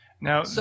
Now